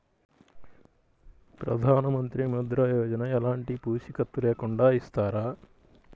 ప్రధానమంత్రి ముద్ర యోజన ఎలాంటి పూసికత్తు లేకుండా ఇస్తారా?